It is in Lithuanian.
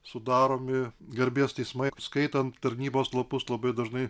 sudaromi garbės teismai skaitant tarnybos lapus labai dažnai